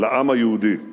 לעם היהודי".